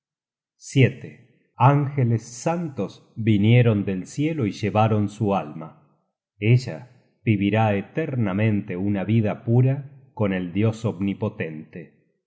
defensa angeles santos vinieron del cielo y llevaron su alma ella vivirá eternamente una vida pura con el dios omnipotente